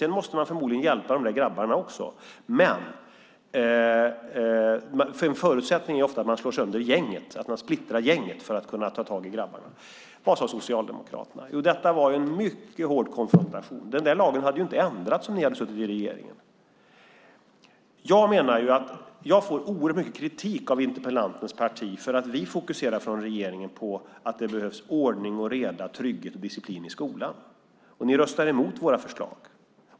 Sedan måste man förmodligen hjälpa de grabbarna också, men en förutsättning är ofta att man slår sönder gänget, att man splittrar gänget, för att kunna ta tag i grabbarna. Vad sade Socialdemokraterna? Jo, detta var en mycket hård konfrontation. Den där lagen hade inte ändrats om ni hade suttit i regeringen. Jag får oerhört mycket kritik av interpellantens parti för att vi från regeringen fokuserar på att det behövs ordning och reda och trygghet och disciplin i skolan. Ni röstar emot våra förslag.